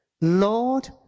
Lord